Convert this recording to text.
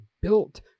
built